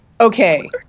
okay